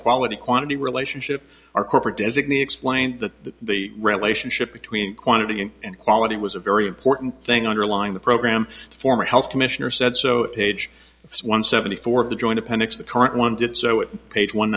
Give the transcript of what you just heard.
quality quantity relationship our corporate designee explained that the relationship between quantity and quality was a very important thing underlying the program former health commissioner said so page one seventy four of the joint appendix the current one to so it page one